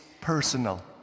personal